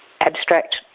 abstract